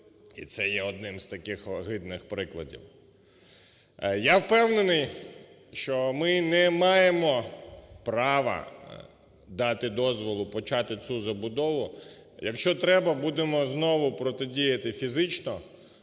і це є одним з таких огидних прикладів. Я впевнений, що ми не маємо права дати дозвіл почати цю забудову. Якщо треба, будемо знову протидіяти фізично.